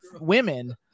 women